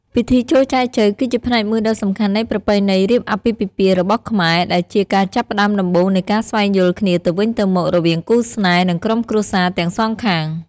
ពិធីចូលចែចូវ គឺជាផ្នែកមួយដ៏សំខាន់នៃប្រពៃណីរៀបអាពាហ៍ពិពាហ៍របស់ខ្មែរ ដែលជាការចាប់ផ្ដើមដំបូងនៃការស្វែងយល់គ្នាទៅវិញទៅមករវាងគូស្នេហ៍ និងក្រុមគ្រួសារទាំងសងខាង។